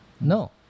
No